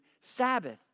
Sabbath